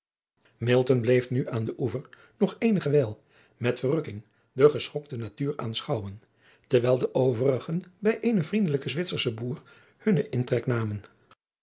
bleef nu aan den oever nog eene wijl met verrukking de geschokte natuur aanschouwen terwijl de overigen bij eenen vriendelijken zwitserschen boer hunnen intrek namen